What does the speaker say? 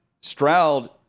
Stroud